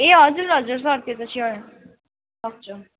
ए हजुर हजुर सर त्यो त स्योर सक्छु